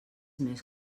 més